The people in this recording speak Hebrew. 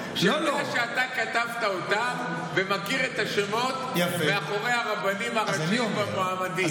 שיודע שאתה כתבת אותם ומכיר את השמות מאחורי הרבנים הראשיים והמועמדים,